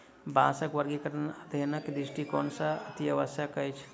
बाँसक वर्गीकरण अध्ययनक दृष्टिकोण सॅ अतिआवश्यक अछि